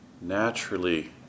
naturally